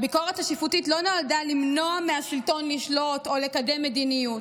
הביקורת השיפוטית לא נועדה למנוע מהשלטון לשלוט אלא לקדם מדיניות.